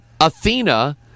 Athena